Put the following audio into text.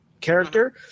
character